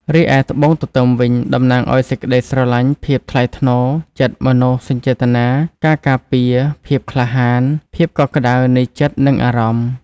រីឯ ត្បូងទទឺមវិញ តំណាងឲ្យសេចក្ដីស្រឡាញ់ ភាពក្តីថ្លៃថ្នូរ ចិត្តមនោសញ្ចេតនា ការការពារ ភាពក្លាហាន ភាពកក់ក្ដៅនៃចិត្តនិងអារម្មណ៍។